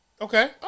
Okay